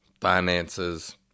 finances